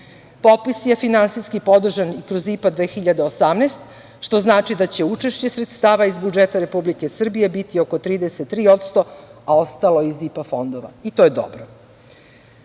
je finansijski podržan kroz IPA 2018, što znači da će učešće sredstava iz budžeta Republike Srbije biti oko 33%, a ostalo iz IPA fondova i to je dobro. Podaci